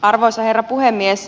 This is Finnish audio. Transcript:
arvoisa herra puhemies